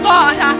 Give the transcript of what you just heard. God